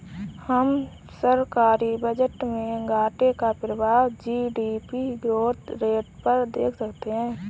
हम सरकारी बजट में घाटे का प्रभाव जी.डी.पी ग्रोथ रेट पर देख सकते हैं